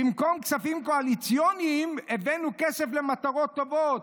'במקום צווים קואליציוניים הבאנו כסף למטרות טובות',